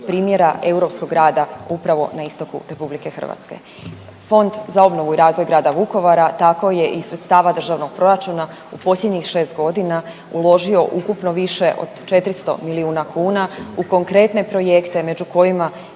primjera europskog grada upravo na istoku RH. Fond za obnovu i razvoj grada Vukovara tako je iz sredstava državnog proračuna u posljednjih 6 godina uložio ukupno više od 400 milijuna kuna u konkretne projekte, među kojima